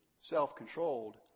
self-controlled